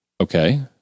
Okay